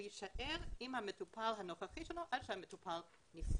הוא יישאר עם המטופל הנוכחי שלו עד שהמטופל נפטר.